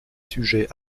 sujets